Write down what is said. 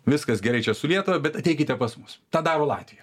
viskas gerai čia su lietuva bet ateikite pas mus tą daro latvija